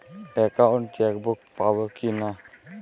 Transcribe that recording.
Account chequebook পাবো কি না?